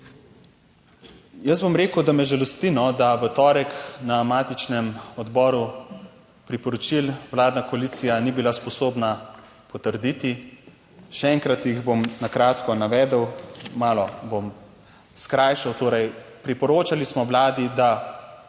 Jaz bom rekel, da me žalosti, da v torek na matičnem odboru priporočil vladna koalicija ni bila sposobna potrditi. Še enkrat, jih bom na kratko navedel, malo bom skrajšal, torej, priporočali smo Vladi, da